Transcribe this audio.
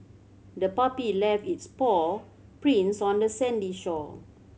the puppy left its paw prints on the sandy shore